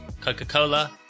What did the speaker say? Coca-Cola